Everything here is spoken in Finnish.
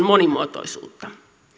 monimuotoisuutta